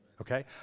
okay